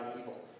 evil